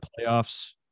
playoffs